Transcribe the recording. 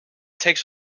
takes